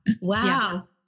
Wow